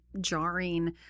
jarring